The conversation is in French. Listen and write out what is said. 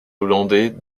hollandais